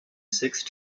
sixth